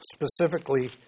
specifically